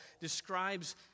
describes